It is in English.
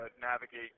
navigate